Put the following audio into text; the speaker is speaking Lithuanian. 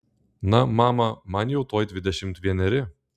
na mama man jau tuoj dvidešimt vieneri